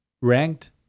ranked